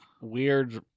weird